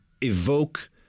evoke